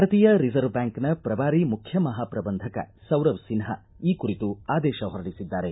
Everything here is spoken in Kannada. ಭಾರತೀಯ ರಿಸರ್ವ್ ಬ್ಯಾಂಕ್ನ ಪ್ರಬಾರಿ ಮುಖ್ಯ ಮಹಾ ಪ್ರಬಂಧಕ ಸೌರವ್ ಸಿನ್ಹಾ ಈ ಕುರಿತು ಆದೇಶ ಹೊರಡಿಸಿದ್ದಾರೆ